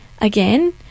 again